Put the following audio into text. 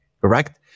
correct